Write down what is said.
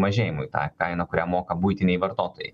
mažėjimui tą kainą kurią moka buitiniai vartotojai